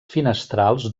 finestrals